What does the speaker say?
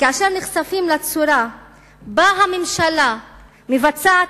וכאשר נחשפים לצורה שבה הממשלה מבצעת,